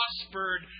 prospered